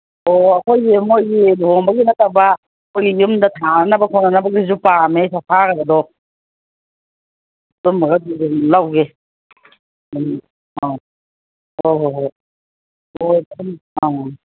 ꯑꯣ ꯑꯩꯈꯣꯏꯁꯦ ꯃꯈꯣꯏꯒꯤ ꯂꯨꯍꯣꯡꯕꯒꯤ ꯅꯠꯇꯕ ꯑꯩꯈꯣꯏꯒꯤ ꯌꯨꯝꯗ ꯊꯥꯅꯅꯕ ꯈꯣꯠꯅꯕꯒꯤꯁꯨ ꯄꯥꯝꯝꯦ ꯁꯣꯐꯥꯒꯗꯣ ꯑꯗꯨꯒꯨꯝꯕꯒꯁꯨ ꯑꯗꯨꯝ ꯂꯧꯒꯦ ꯑꯗꯨꯝ ꯑ ꯍꯣꯏ ꯍꯣꯏ ꯍꯣꯏ ꯑ